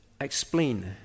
explain